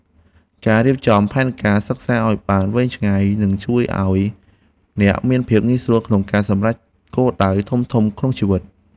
ការរៀបចំផែនការសិក្សាឱ្យបានវែងឆ្ងាយនឹងជួយឱ្យអ្នកមានភាពងាយស្រួលក្នុងការសម្រេចគោលដៅធំៗក្នុងជីវិត។